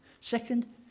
Second